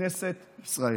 בכנסת ישראל.